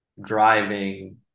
driving